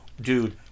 dude